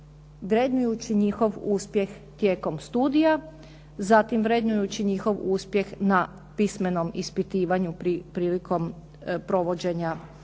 razumije./… njihov uspjeh tijelom studija, zatim vrednujući njihov uspjeh na pismenom ispitivanju prilikom provođenja prijama